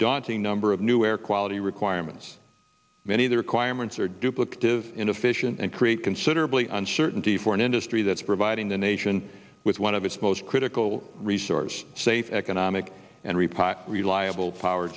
daunting number of new air quality requirements many of the requirements are duplicative inefficient and create considerably uncertainty for an industry that's providing the nation with one of its most critical resource safe economic and repack reliable power